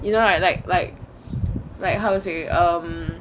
you know like like like like how to say um